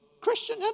Christian